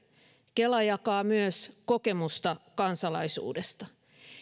kela jakaa myös kokemusta kansalaisuudesta